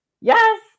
Yes